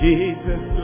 Jesus